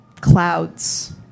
clouds